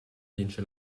vince